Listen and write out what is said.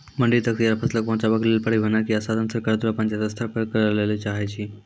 मंडी तक तैयार फसलक पहुँचावे के लेल परिवहनक या साधन सरकार द्वारा पंचायत स्तर पर करै लेली चाही?